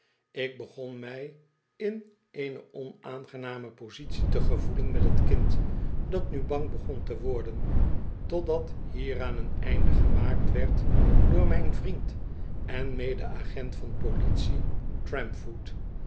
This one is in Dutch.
ik begon mij in eeno onaangename positie te gevoelen met t kind dat nu bang begon te worden totdat hieraan oen einde gemaakt werd door mijn vriend en medeagent van politie